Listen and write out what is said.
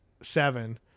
seven